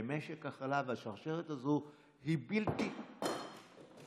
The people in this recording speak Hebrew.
במשק החלב, והשרשרת הזו היא בלתי נגמרת.